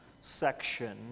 section